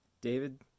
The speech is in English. David